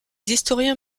historiens